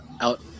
out